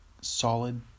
solid